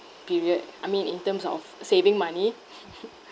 period I mean in terms of saving money